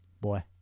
boy